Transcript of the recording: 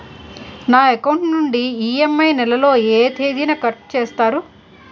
నా అకౌంట్ నుండి ఇ.ఎం.ఐ నెల లో ఏ తేదీన కట్ చేస్తారు?